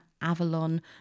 Avalon